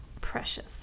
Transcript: Precious